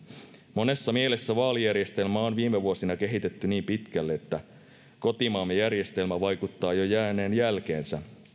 monessa mielessä vaalijärjestelmää on viime vuosina kehitetty niin pitkälle että kotimaamme järjestelmä vaikuttaa jo jääneen jälkeen